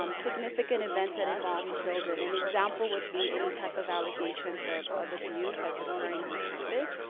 um significant events that involve children. an example would be any type of allegations of of abuse that's occurring on a campus.